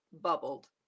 bubbled